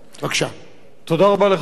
אדוני היושב-ראש,